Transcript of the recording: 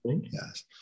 Yes